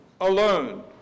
alone